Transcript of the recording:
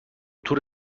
تور